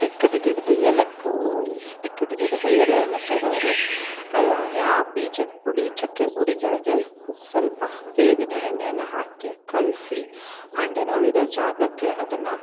ಎಕ್ಕದ ಗಿಡದ ಎಲೆ ಎಕ್ಕದ ಗಿಡದ ಎಲೆಯನ್ನು ತರೋರು ಆ ಬೀಜದ ಪುಡಿ ಚಕ್ಕೆ ಪುಡಿಗಳಿಗೆ ಸ್ವಲ್ಪ ಬೇವಿನ ಎಣ್ಣೆಯನ್ನು ಹಾಕಿ ಕಲಸಿ ಮಂಡಿ ನೋವಿರೊ ಜಾಗಕ್ಕೆ ಅದನ್ನು